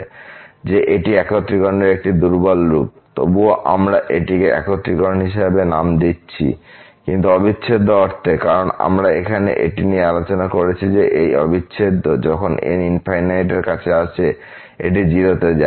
যে এটি একত্রীকরণের একটি দুর্বল রূপ তবুও আমরা এটিকে একত্রীকরণ হিসাবে নাম দিচ্ছি কিন্তু অবিচ্ছেদ্য অর্থে কারণ আমরা এখানে এটি নিয়ে আলোচনা করছি যে এই অবিচ্ছেদ্য যখন n এর কাছে আসে এটি 0 তে যায়